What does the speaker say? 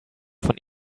von